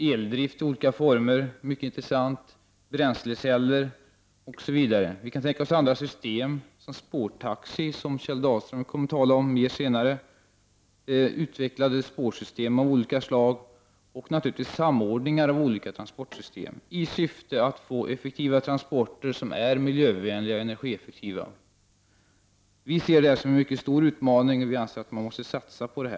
Eldrift i olika former och bränsleceller är också intressanta. Vi kan även tänka oss andra system, t.ex. spårtaxi, som Kjell Dahlström kommer att tala om senare. Det kan också vara fråga om utvecklade spårsystem av olika slag och samordningar av olika transportsystem. Allt detta skall ske i syfte att få effektiva transporter som är miljövänliga och energieffektiva. Vi ser detta som en mycket stor utmaning, och vi anser att man måste satsa på detta.